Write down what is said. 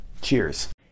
Cheers